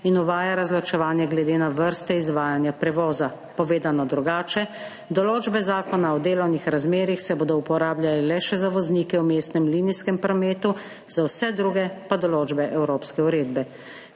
in uvaja razločevanje glede na vrsto izvajanja prevoza. Povedano drugače, določbe Zakona o delovnih razmerjih se bodo uporabljale le še za voznike v mestnem linijskem prometu, za vse druge pa določbe evropske uredbe.